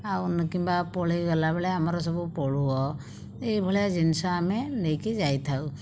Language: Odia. ଆଉ କିମ୍ବା ପଳାଇ ଗଲାବେଳେ ଆମର ସବୁ ପୋଳୁଅ ଏହିଭଳିଆ ଜିନିଷ ଆମେ ନେଇକି ଯାଇଥାଉ